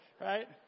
right